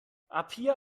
apia